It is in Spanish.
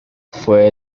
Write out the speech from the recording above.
fue